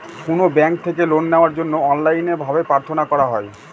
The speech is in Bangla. কোনো ব্যাঙ্ক থেকে লোন নেওয়ার জন্য অনলাইনে ভাবে প্রার্থনা করা হয়